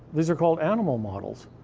these are called animal models.